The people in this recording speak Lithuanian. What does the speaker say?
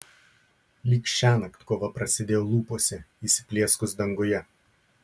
lyg šiąnakt kova prasidėjo lūpose įsiplieskus danguje